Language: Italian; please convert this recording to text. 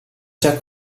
già